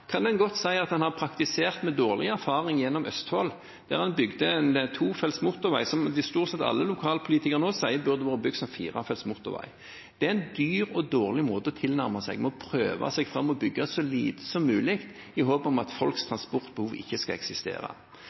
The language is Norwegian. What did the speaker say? kan man godt si at man har praktisert med dårlig erfaring gjennom Østfold, der man bygde tofelts motorvei som stort sett alle lokalpolitikerne nå sier burde vært bygd som firefelts motorvei. Det er en dyr og dårlig tilnærming ved å prøve seg fram og bygge så lite som mulig i håp om at folks transportbehov ikke skal eksistere.